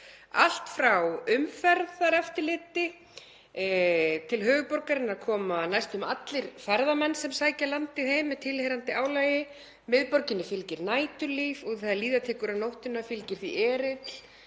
sinnir umferðareftirliti og til höfuðborgarinnar koma næstum allir ferðamenn sem sækja landið heim með tilheyrandi álagi. Miðborginni fylgir næturlíf og þegar líða tekur á nóttina fylgir því erill,